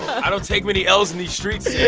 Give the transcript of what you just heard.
i don't take many l's in these streets, yeah